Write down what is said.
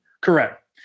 Correct